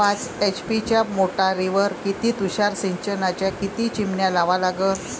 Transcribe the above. पाच एच.पी च्या मोटारीवर किती तुषार सिंचनाच्या किती चिमन्या लावा लागन?